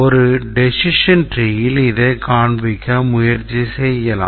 ஒரு decision treeல் இதை காண்பிக்க முயற்சி செய்யலாம்